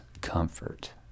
comfort